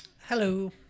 Hello